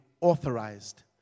authorized